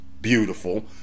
Beautiful